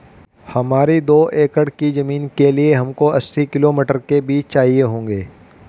हमारी दो एकड़ की जमीन के लिए हमको अस्सी किलो मटर के बीज चाहिए होंगे